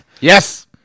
Yes